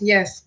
Yes